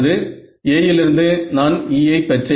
A லிருந்து நான் E யை பெற்றேன்